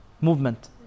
movement